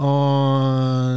on